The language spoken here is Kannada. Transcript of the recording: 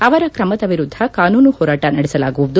ಅವರ ಕ್ರಮದ ವಿರುದ್ದ ಕಾನೂನು ಹೋರಾಟ ನಡೆಸಲಾಗುವುದು